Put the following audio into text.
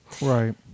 Right